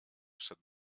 wszedł